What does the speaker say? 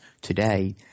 today